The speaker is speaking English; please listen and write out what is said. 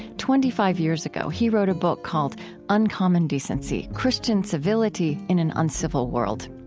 twenty-five years ago, he wrote a book called uncommon decency christian civility in an uncivil world.